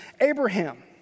Abraham